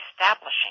establishing